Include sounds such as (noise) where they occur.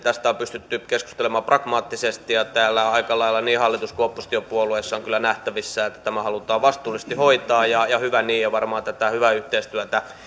(unintelligible) tästä turvapaikkakysymyksestä on pystytty keskustelemaan pragmaattisesti ja täällä on aika lailla niin hallitus kuin oppositiopuolueissa kyllä nähtävissä että tämä halutaan vastuullisesti hoitaa ja ja hyvä niin varmaan tätä hyvää yhteistyötä